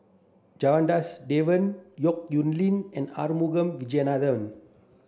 Janadas Devan Yong Nyuk Lin and Arumugam Vijiaratnam